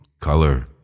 color